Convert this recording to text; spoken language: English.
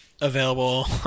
available